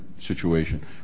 Situation